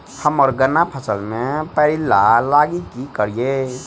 हम्मर गन्ना फसल मे पायरिल्ला लागि की करियै?